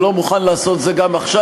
ולא מוכן לעשות את זה גם עכשיו.